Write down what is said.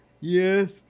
Yes